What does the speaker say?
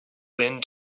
wind